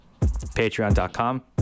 Patreon.com